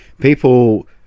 people